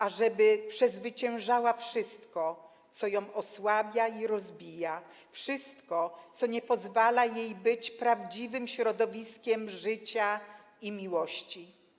Ażeby przezwyciężała wszystko, co ją osłabia i rozbija - wszystko, co nie pozwala jej być prawdziwym środowiskiem życia i miłości.